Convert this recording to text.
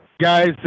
Guys